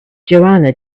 johanna